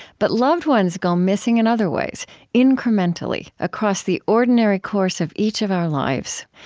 but loved ones go missing in other ways incrementally, across the ordinary course of each of our lives,